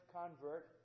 convert